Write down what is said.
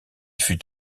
fut